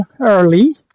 early